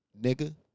Nigga